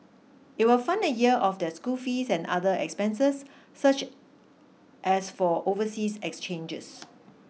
it will fund a year of their school fees and other expenses such as for overseas exchanges